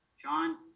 John